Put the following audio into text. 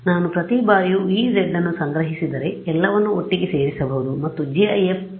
ನಾನು ಪ್ರತಿ ಬಾರಿಯೂ Ez ಅನ್ನು ಸಂಗ್ರಹಿಸಿದರೆ ಎಲ್ಲವನ್ನೂ ಒಟ್ಟಿಗೆ ಸೇರಿಸಬಹುದು ಮತ್ತು gif ಫೈಲ್ ಮಾಡಬಹುದು